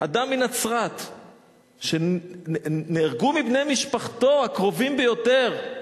אדם מנצרת שנהרגו מבני משפחתו הקרובים ביותר,